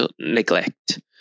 neglect